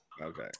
Okay